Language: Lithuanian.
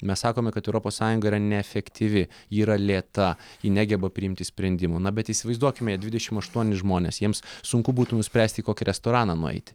mes sakome kad europos sąjunga yra neefektyvi ji yra lėta ji negeba priimti sprendimų na bet įsivaizduokime dvidešim aštuonis žmones jiems sunku būtų nuspręsti į kokį restoraną nueiti